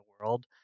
world